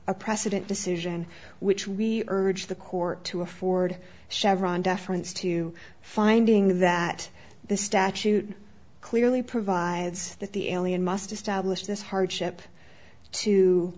a precedent decision which we urge the court to afford chevron deference to finding that the statute clearly provides that the alien must establish this hardship to